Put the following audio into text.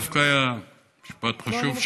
דווקא משפט חשוב,